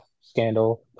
scandal